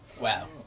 wow